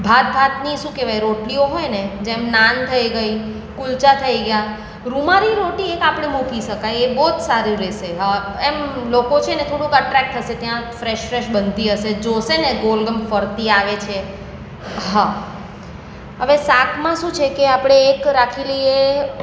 ભાત ભાતની શું કહેવાય રોટલીઓ હોય ને જેમ નાન થઈ ગઈ કુલ્ચા થઈ ગયાં રૂમાલી રોટી એક આપણે મૂકી શકાય એ બહુ જ સારું રહેશે હા એમ લોકો છે ને થોડુંક અટરેક્ટ થશે ત્યાં ફ્રેશ ફ્રેશ બનતી હશે જોશે ને ગોળગમ ફરતી આવે છે હા હવે શાકમાં શું છે કે આપણે એક રાખી લઇએ